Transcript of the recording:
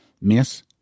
Miss